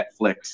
Netflix